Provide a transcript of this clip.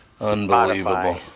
Unbelievable